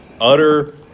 utter